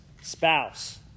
spouse